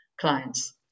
clients